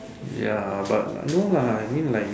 ya but no lah I mean like